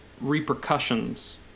repercussions